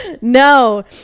No